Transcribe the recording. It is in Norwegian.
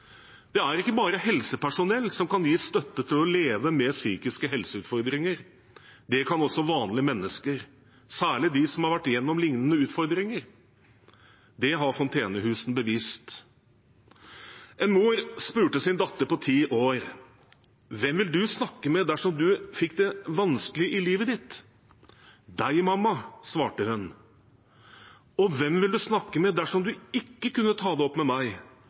Det er ikke bare helsepersonell som kan gi støtte til å leve med psykiske helseutfordringer. Det kan også vanlige mennesker, særlig de som har vært gjennom lignende utfordringer. Det har fontenehusene bevist. En mor spurte sin datter på ti år: – Hvem ville du snakket med dersom du fikk det vanskelig i livet ditt? – Deg, mamma, svarte hun. – Og hvem ville du snakket med dersom du ikke kunne ta det opp med meg?